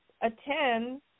attend